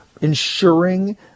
ensuring